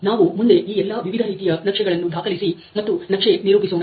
ನಾವು ಮುಂದೆ ಎಲ್ಲ ಈ ವಿವಿಧ ರೀತಿಯ ನಕ್ಷೆಗಳನ್ನು ದಾಖಲಿಸಿ ಮತ್ತು ನಕ್ಷೆ ರೂಪಿಸೋಣ